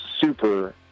super